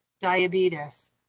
diabetes